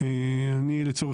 אני שואל